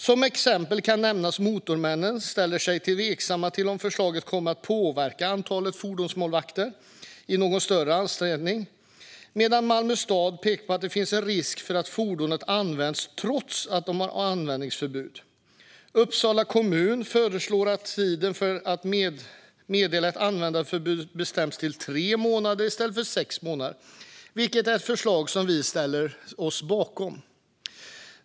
Som exempel kan nämnas att Motormännen ställer sig tveksamma till om förslaget kommer att påverka antalet fordonsmålvakter i någon större utsträckning, medan Malmö stad pekar på att det finns en risk för att fordonet används trots att det har användningsförbud. Uppsala kommun föreslår att tiden för att meddela ett användningsförbud bestäms till 3 månader i stället för 6 månader, vilket är ett förslag som vi ställer oss bakom.